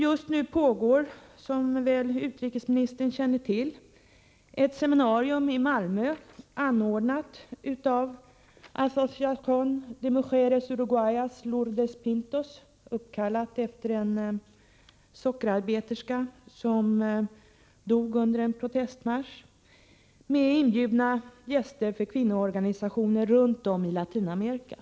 Just nu pågår, som väl utrikesministern känner till, ett seminarium i Malmö, anordnat av Asociaciön de Mujeres Uruguayas ”Lourdes Pintos”, uppkallat efter en sockerarbeterska som dog under en protestmarsch, med — Nr 23 inbjudna gäster från kvinnoorganisationer runt om i Latinamerika.